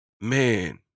man